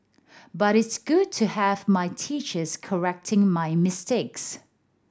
but it's good to have my teachers correcting my mistakes